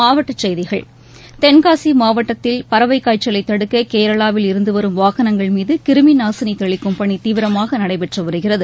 மாவட்டச்செய்கிகள் தென்காசி மாவட்டத்தில் பறவை காய்ச்சலை தடுக்க கேரளாவில் இருந்து வரும் வாகனங்கள் மீது கிருமி நாசினி தெளிக்கும் பணி தீவிரமாக நடைபெற்று வருகிறது